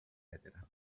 etc